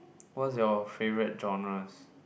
what's your favourite genres